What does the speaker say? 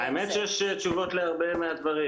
האמת היא שיש תשובות להרבה מהדברים,